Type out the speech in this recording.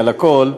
על הכול,